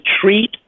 treat